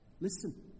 Listen